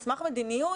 מסמך מדיניות,